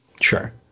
Sure